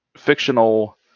fictional